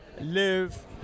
Live